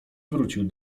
wrócił